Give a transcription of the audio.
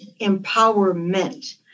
empowerment